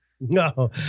No